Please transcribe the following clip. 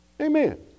Amen